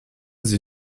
sie